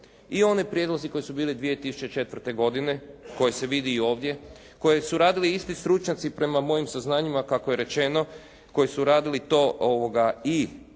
i one prijedloge koji su bili 2004. godine koje se vidi i ovdje koje su radili isti stručnjaci prema mojim saznanjima kako je rečeno, koji su radili to i